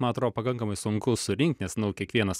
man atrodo pakankamai sunku surinkt nes nu kiekvienas